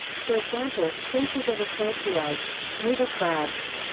for example, censors are referred to as river crabs,